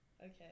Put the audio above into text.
Okay